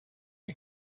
این